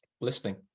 Listening